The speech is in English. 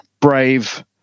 brave